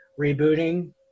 rebooting